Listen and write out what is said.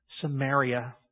Samaria